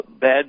bad